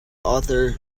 author